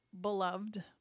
beloved